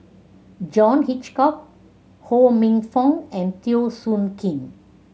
John Hitchcock Ho Minfong and Teo Soon Kim